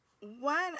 One